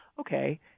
okay